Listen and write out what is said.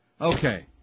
Okay